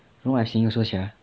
don't know what I saying also sia